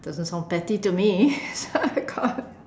doesn't sound petty to me